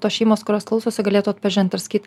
tos šeimos kurios klausosi galėtų atpažint ir sakyt